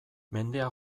mendea